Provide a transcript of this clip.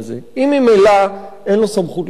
אם ממילא אין לו סמכות לשחרר,